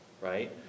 Right